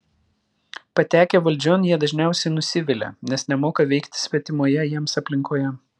patekę valdžion jie dažniausiai nusivilia nes nemoka veikti svetimoje jiems aplinkoje